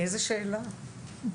איזו שאלה.